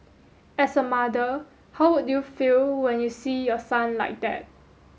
as a mother how would you feel when you see your son like that